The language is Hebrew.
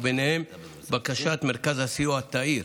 ובהן בקשת מרכז הסיוע תאיר.